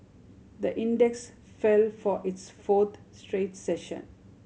the index fell for its fourth straight session